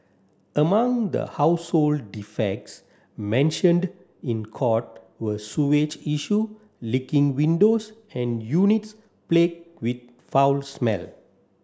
among the household defects mentioned in court were sewage issue leaking windows and units plagued with foul smell